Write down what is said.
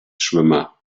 schwimmer